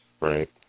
Right